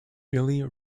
billy